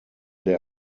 der